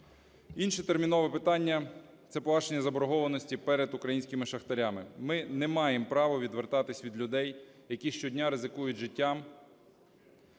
Інше термінове питання – це погашення заборгованості перед українськими шахтарями. Ми не маємо право відвертатись від людей, які щодня ризикують життям,